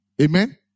Amen